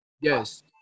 Yes